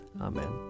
Amen